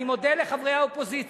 אני מודה לחברי האופוזיציה,